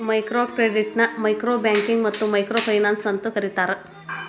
micro ಕ್ರೆಡಿಟ್ನ micro banking ಮತ್ತ micro finance ಅಂತೂ ಕರಿತಾರ